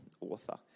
author